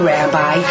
Rabbi